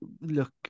look